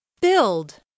Build